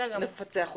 ונפצח אותם.